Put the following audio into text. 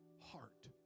heart